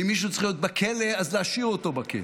אם מישהו צריך להיות בכלא, להשאיר אותו בכלא.